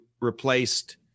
replaced